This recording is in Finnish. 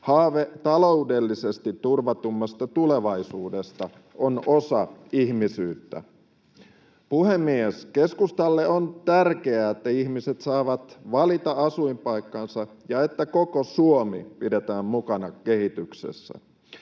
Haave taloudellisesti turvatummasta tulevaisuudesta on osa ihmisyyttä. Puhemies! Keskustalle on tärkeää, että ihmiset saavat valita asuinpaikkansa ja että koko Suomi pidetään mukana kehityksessä.